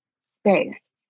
space